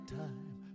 time